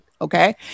Okay